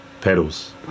pedals